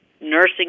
nursing